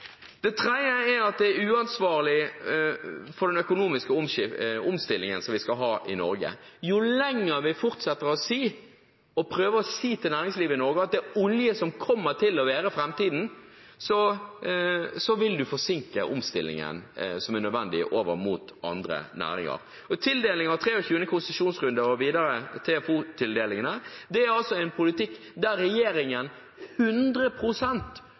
Det tredje er at det er uansvarlig med tanke på den økonomiske omstillingen som vi skal ha i Norge. Jo lenger vi fortsetter å si til næringslivet i Norge at det er olje som kommer til å være framtiden, vil vi forsinke omstillingen – som er nødvendig – over mot andre næringer. Tildeling av 23. konsesjonsrunde og, videre, TFO-tildelingene er altså en politikk der regjeringen